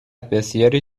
بسیاری